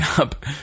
up